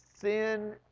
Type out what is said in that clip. sin